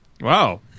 Wow